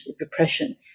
repression